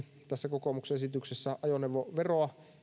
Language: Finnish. tässä kokoomuksen esityksessä nostamalla vastaavasti ajoneuvoveroa